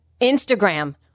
Instagram